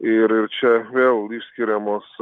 ir ir čia vėl išskiriamos